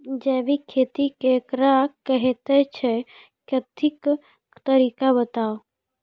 जैबिक खेती केकरा कहैत छै, खेतीक तरीका बताऊ?